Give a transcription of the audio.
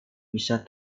bisa